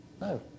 No